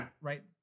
right